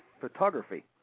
photography